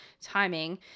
timing